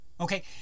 Okay